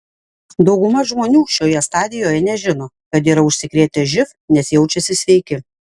dauguma žmonių šioje stadijoje nežino kad yra užsikrėtę živ nes jaučiasi sveiki